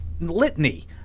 litany